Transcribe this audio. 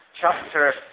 chapter